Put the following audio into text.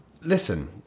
listen